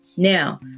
Now